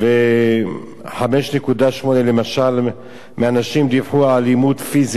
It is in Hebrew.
למשל 5.8% מהנשים דיווחו על אלימות פיזית.